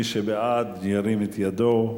מי שבעד, ירים את ידו.